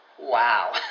Wow